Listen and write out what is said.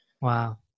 Wow